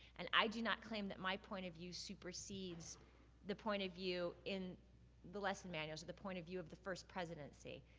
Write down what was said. and i do not claim that my point of view supersedes the point of view in the lesson manuals, or the point of view of the first presidency.